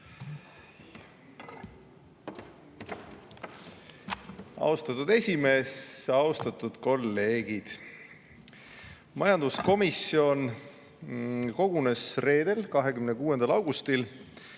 Austatud esimees! Austatud kolleegid! Majanduskomisjon kogunes reedel, 26. augustil